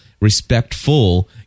respectful